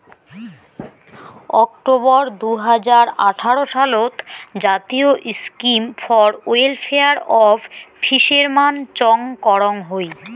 October দুই হাজার আঠারো সালত জাতীয় scheme for welfare of fishermen চং করং হই